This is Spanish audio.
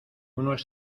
unos